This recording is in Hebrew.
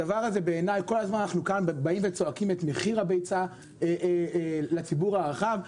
כל הזמן אנחנו צועקים את מחיר הביצה לציבור הרחב,